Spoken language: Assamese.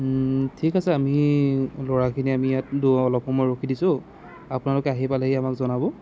ঠিক আছে আমি ল'ৰাখিনিয়ে আমি ইয়াত অলপ সময় ৰখি দিছোঁ আপোনালোকে আহি পালেহি আমাক জনাব